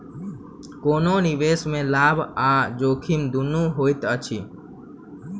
कोनो निवेश में लाभ आ जोखिम दुनू होइत अछि